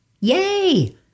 yay